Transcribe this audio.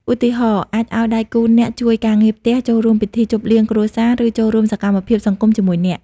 ឧទាហរណ៍ អាចឲ្យដៃគូអ្នកជួយការងារផ្ទះ ចូលរួមពិធីជប់លៀងគ្រួសារ ឬចូលរួមសកម្មភាពសង្គមជាមួយអ្នក។